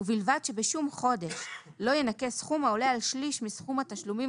ובלבד שבשום חודש לא ינכה סכום העולה על שליש מסכום התשלומים